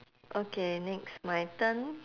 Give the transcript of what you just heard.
okay next my turn